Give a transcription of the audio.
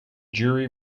jury